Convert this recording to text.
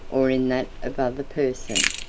or in that of other person.